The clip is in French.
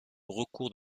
recours